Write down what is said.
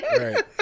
right